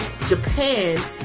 Japan